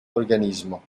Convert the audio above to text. organismo